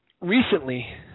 recently